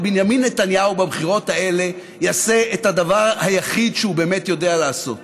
ובנימין נתניהו בבחירות האלה יעשה את הדבר היחיד שהוא באמת יודע לעשות: